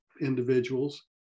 individuals